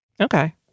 okay